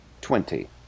Twenty